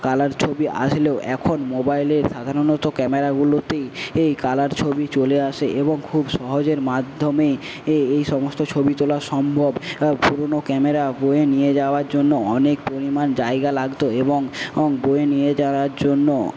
colour ছবি আসলেও এখন মোবাইলে সাধারণত ক্যামেরাগুলোতেই এই কালার ছবি চলে আসে এবং খুব সহজের মাধ্যমে এই সমস্ত ছবি তোলা সম্ভব পুরনো ক্যামেরা বয়ে নিয়ে যাওয়ার জন্য অনেক পরিমাণ জায়গা লাগত এবং বয়ে নিয়ে যাওয়ার জন্য